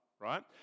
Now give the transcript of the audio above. right